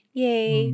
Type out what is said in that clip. yay